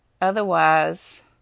otherwise